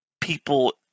people